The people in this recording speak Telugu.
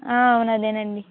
అవును అదేనండి